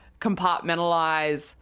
compartmentalize